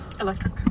Electric